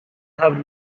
have